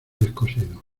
descosido